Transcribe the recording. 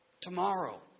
Tomorrow